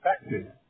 affected